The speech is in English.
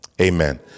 amen